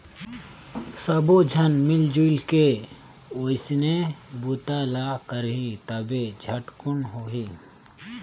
सब्बो झन मिलजुल के ओइसने बूता ल करही तभे झटकुन होही